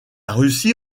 russie